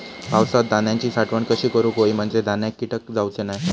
पावसात धान्यांची साठवण कशी करूक होई म्हंजे धान्यात कीटक जाउचे नाय?